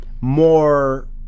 more